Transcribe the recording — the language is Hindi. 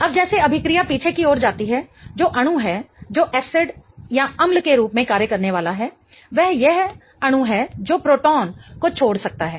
अब जैसे अभिक्रिया पीछे की ओर जाति है जो अणु है जो एसिड अम्ल के रूप में कार्य करने वाला है वह वह अणु है जो प्रोटॉन को छोड़ सकता है